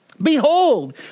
Behold